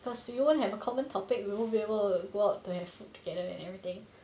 cause you won't have a common topic you won't be able go out to have food together and everything